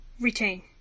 Retain